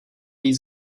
být